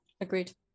agreed